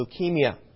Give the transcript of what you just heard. leukemia